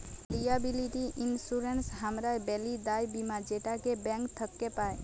liability insurance হামরা ব্যলি দায় বীমা যেটাকে ব্যাঙ্ক থক্যে পাই